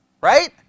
Right